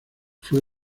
fue